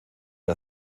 que